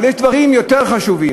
אבל יש דברים יותר חשובים.